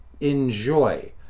enjoy